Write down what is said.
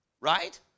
Right